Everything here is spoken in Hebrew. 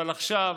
אבל עכשיו,